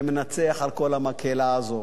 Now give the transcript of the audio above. שמנצח על כל המקהלה הזו